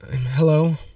Hello